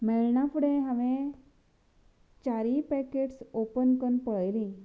मेळना फुडें हांवेन चारूय पॅकेट्स ओपन कन्न पळयलीं